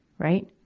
right.